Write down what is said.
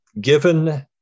given